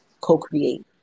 co-create